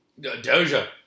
Doja